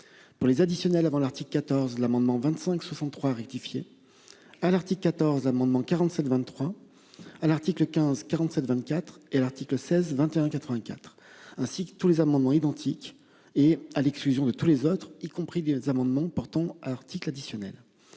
Pour les additionnel avant l'article 14 l'amendement 25 63 rectifier. À l'article 14 amendements 47 23 à l'article 15 47 24 et l'article 16 21 84 ainsi que tous les amendements identiques et à l'exclusion de tous les autres, y compris des amendements portant articles additionnels.